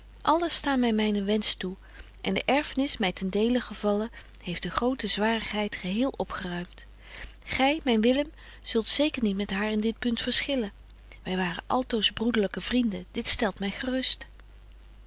allen staan my mynen wensch toe en de erfnis my ten dele gevallen heeft de grote zwarigheid geheel opgeruimt gy myn willem zult zeker niet met haar in dit punt verschillen wy waren altoos broederlyke vrienden dit stelt my gerust